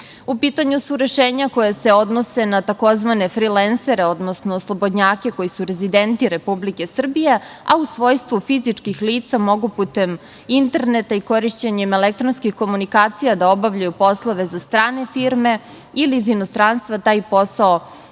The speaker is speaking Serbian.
U pitanju su rešenja koja se odnose na tzv. frilensere, odnosno slobodnjake koje su rezidenti Republike Srbije, a u svojstvu fizičkih lica, mogu putem interneta i korišćenjem elektronskih komunikacija da obavljaju poslove za strane firme ili iz inostranstva taj posao rade